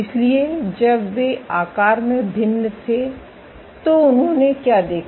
इसलिए जब वे आकार में भिन्न थे तो उन्होंने क्या देखा